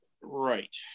right